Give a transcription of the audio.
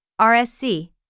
RSC